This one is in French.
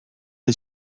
est